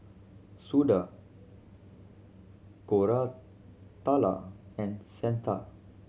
Suda Koratala and Santha